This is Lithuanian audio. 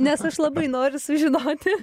nes aš labai noriu sužinoti